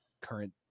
current